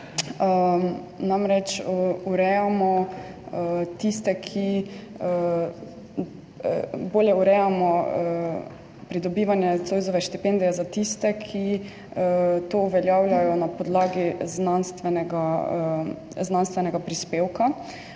namreč bolje urejamo pridobivanje Zoisove štipendije za tiste, ki to uveljavljajo na podlagi znanstvenega prispevka,